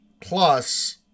plus